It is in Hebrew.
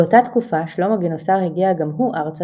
באותה תקופה שלמה גינוסר הגיע גם הוא ארצה